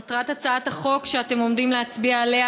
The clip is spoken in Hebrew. מטרת הצעת החוק שאתם עומדים להצביע עליה